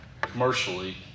commercially